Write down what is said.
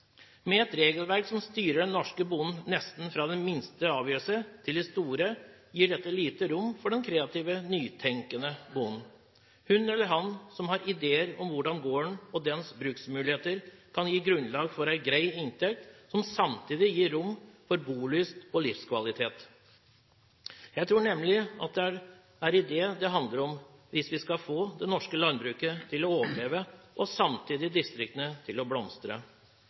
Med et regelverk som styrer den norske bonden nesten fra den minste avgjørelse til de store, gir dette lite rom for den kreative, nytenkende bonden – hun eller han som har ideer om hvordan gården og dens bruksmuligheter kan gi grunnlag for en grei inntekt, samtidig som det gir rom for bolyst og livskvalitet. Jeg tror nemlig at det er det det handler om hvis vi skal få det norske landbruket til å overleve og samtidig distriktene til å blomstre.